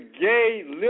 gay